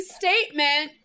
statement